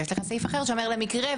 ויש לך סעיף אחר שאומר למקרה,